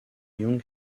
yung